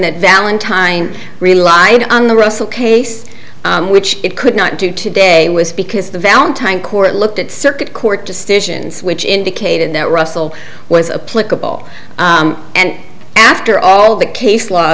that valentine relied on the russell case which it could not do today was because the valentine court looked at circuit court decisions which indicated that russell was a political and after all the case law